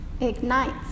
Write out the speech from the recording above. ignites